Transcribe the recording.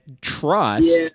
trust